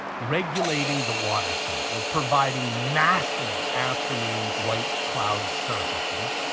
regulating the water cycle, providing massive afternoon white cloud surfaces,